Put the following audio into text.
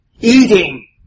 eating